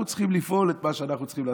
אנחנו צריכים לפעול את מה שאנחנו צריכים לעשות.